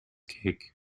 cake